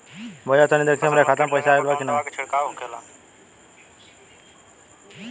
भईया तनि देखती हमरे खाता मे पैसा आईल बा की ना?